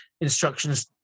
instructions